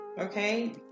okay